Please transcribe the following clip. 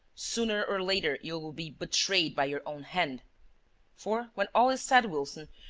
sooner or later, you will be betrayed by your own hand for, when all is said, wilson,